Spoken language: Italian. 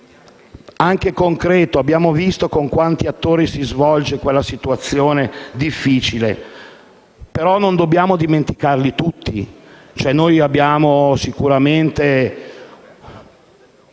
anche concreto: abbiamo visto con quanti attori si svolge quella situazione difficile e non dobbiamo dimenticarne nessuno. Noi abbiamo sicuramente